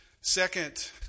Second